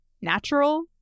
natural